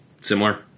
Similar